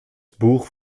buch